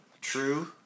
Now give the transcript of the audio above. True